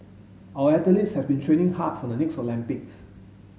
our athletes have been training hard for the next Olympics